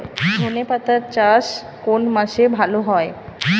ধনেপাতার চাষ কোন মাসে ভালো হয়?